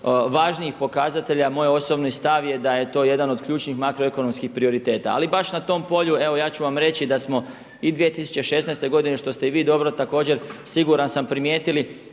važnijih pokazatelja. Moj osobni stav je da je to jedan od ključnih makroekonomskih prioriteta. Ali baš na tom polju, evo ja ću vam reći da smo i 2016. godine što ste i vi dobro također siguran sam primijetili